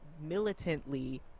militantly